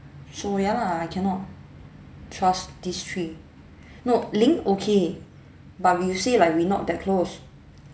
so ya lah I cannot trust these three no ling okay but we say like we not that close